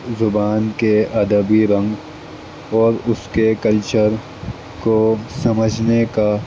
زبان کے ادبی رنگ اور اس کے کلچر کو سمجھنے کا